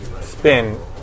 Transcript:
spin